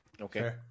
okay